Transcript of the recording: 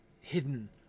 hidden